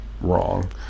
wrong